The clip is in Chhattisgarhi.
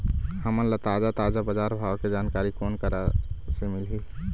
हमन ला ताजा ताजा बजार भाव के जानकारी कोन करा से मिलही?